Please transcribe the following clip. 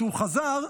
כשהוא חזר,